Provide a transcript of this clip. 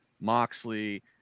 Moxley